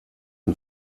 dem